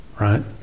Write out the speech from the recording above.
right